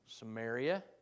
Samaria